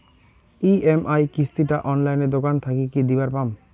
EMI কিস্তি টা অনলাইনে দোকান থাকি কি দিবার পাম?